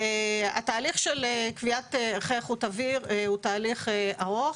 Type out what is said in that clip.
התהליך של קביעת ערכי איכות אוויר הוא תהליך ארוך.